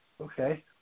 okay